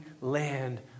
land